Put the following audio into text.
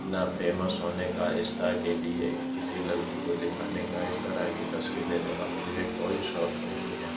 نہ فیمس ہونے کا انسٹا کے لیے کسی لڑکی کو دکھانے کا اس طرح کی تصویر لینے کا مجھے کوئی بھی شوق نہیں ہے